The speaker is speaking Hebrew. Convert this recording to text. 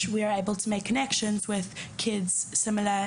שאנחנו יכולים ליצור קשרים עם ילדים בגילי,